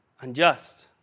unjust